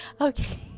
Okay